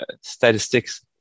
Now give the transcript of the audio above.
Statistics